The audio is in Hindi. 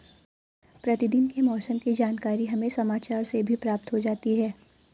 प्रतिदिन के मौसम की जानकारी हमें समाचार से भी प्राप्त हो जाती है